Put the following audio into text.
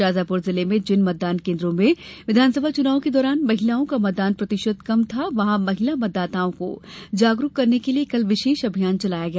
शाजापुर जिले में जिन मतदान केन्द्रों में विधानसभा चुनाव के दौरान महिलाओं का मतदान प्रतिशत कम था वहां महिला मतदाताओं को जागरूक करने के लिए कल विशेष अभियान चलाया गया